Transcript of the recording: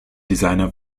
designer